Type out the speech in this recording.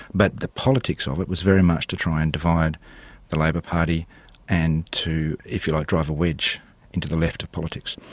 but the politics of it was very much to try and divide the labor party and to, if you like, drive a wedge into the left of politics.